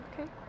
Okay